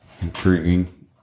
intriguing